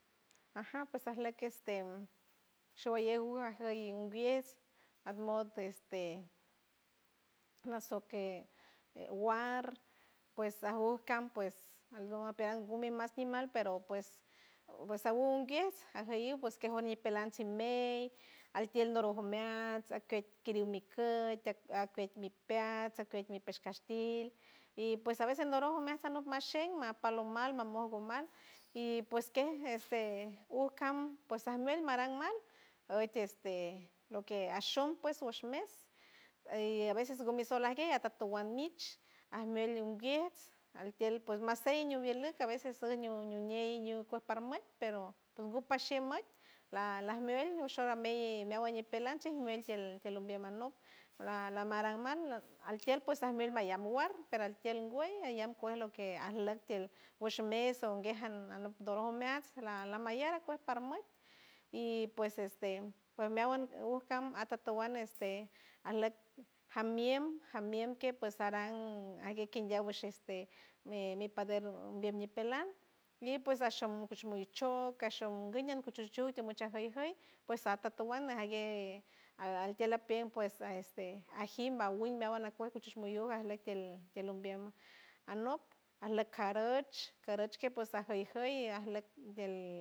Aja pues ajleck este showalley uga jey abies aj mot este nasoque guar pues agucam pues algumepelas gume mas shimal pero pues agum kies ajeyun pues queshur ñipeland shimeild altiel norojo mealns alkeit kirimi koit acueit nipeas acueit nipeish castig y pues a veces norojo meat sanoj mashey mapalomal mamolgo mal y pues kej este uj cam pus ajmuelt maran mal oid este lo que ashom pues wush mes y a veces ngumi sol ajgue atatuan mitch ajmuel unguiejts altiel ps masey ñuviel uj a veces uj ñu ñeiuj kuej para mal pero gupashe mat laj- lajmuelt ñushor a mey meawan ñipelan chij muelt tiel tiel umbiem anop la- lamaran mal altiel ps ajmuelt mayam war pero altiel ngüey ayam kuej lo que ajleck tiel wesh um mes o guej an anop dorom meats a- alamayar akuej parmuet y pues este pues meawan uj cam atatuan este ajleck jam miem jamiem kej pues aran ajgue kendiaw wesh este mi- mi pader biem ñipelan y pues ashom ps mi anchok ashom guy ñen kuchuj chuj timuchaj jüy jüy pues atatuan ajgue altiel apiem pues aj este ajim bawin meawan nakuej cuchuj mulluj ajleck tiel tiel ombiem anop ajleck caruch caruch kej pues a jüy jüy ajleck diel.